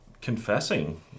confessing